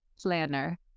planner